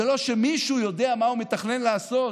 זה לא שמישהו יודע מה הוא מתכנן לעשות